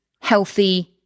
healthy